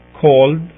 called